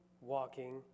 walking